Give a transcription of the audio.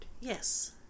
yes